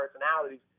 personalities